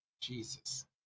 Jesus